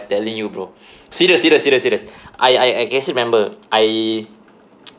telling you bro serious serious serious serious I I I can still remember I